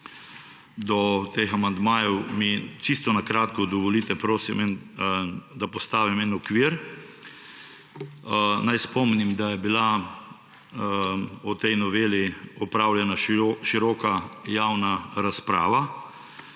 do teh amandmajev, mi čisto na kratko dovolite, da postavim en okvir. Naj spomnim, da je bila o tej noveli opravljena široka javna razprava.